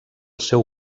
seu